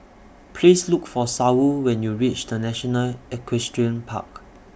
Please Look For Saul when YOU REACH The National Equestrian Park